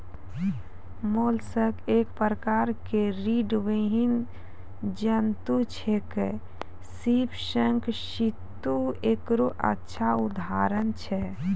mollusc एक प्रकार के रीड़विहीन जंतु छेकै, सीप, शंख, सित्तु एकरो अच्छा उदाहरण छै